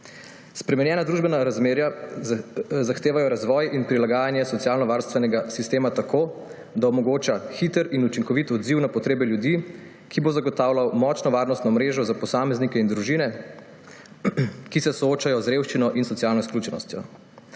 Spremenjena družbena razmerja zahtevajo razvoj in prilagajanje socialnovarstvenega sistema tako, da omogoča hiter in učinkovit odziv na potrebe ljudi, ki bo zagotavljal močno varnostno mrežo za posameznike in družine, ki se soočajo z revščino in socialno izključenostjo.